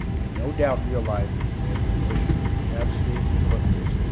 he no doubt realizes this and wishes to be absolutely foot-loose,